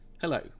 Hello